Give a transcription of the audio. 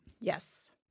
Yes